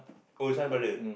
cause I brother